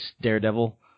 Daredevil